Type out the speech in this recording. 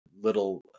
little